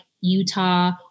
Utah